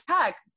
tech